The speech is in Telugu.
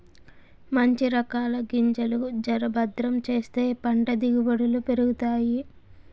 మంచి రకాల గింజలు జర భద్రం చేస్తే పంట దిగుబడులు పెరుగుతాయి